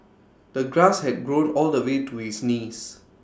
the grass had grown all the way to his knees